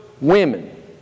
women